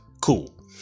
cool